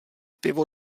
pivo